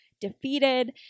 defeated